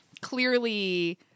clearly